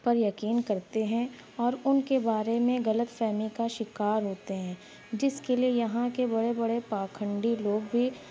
پر یقین کرتے ہیں اور ان کے بارے میں غلط فہمی کا شکار ہوتے ہیں جس کے لیے یہاں کے بڑے بڑے پاکھنڈی لوگ بھی